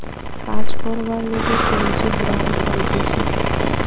কাজ করবার লিগে কেউ যে গ্রান্ট পাইতেছে